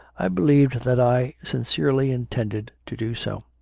i believed that i sincerely intended to do so.